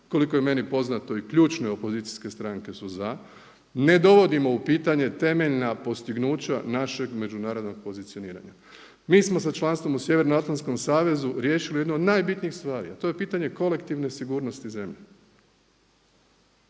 Koliko je meni poznato i ključne opozicijske stranke su za, ne dovodimo u pitanje temeljna postignuća našeg međunarodnog pozicioniranja. Mi smo sa članstvom u Sjevernoatlanskom savezu riješili jednu od najbitnijih stvari a to je pitanje kolektivne sigurnosti zemlje.